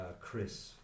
Chris